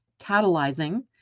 catalyzing